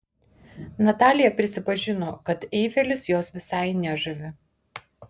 natalija prisipažino kad eifelis jos visai nežavi